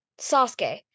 Sasuke